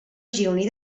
gironí